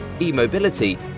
e-mobility